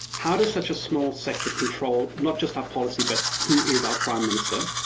how does such a small sector control not just our policy, but who is our prime minister,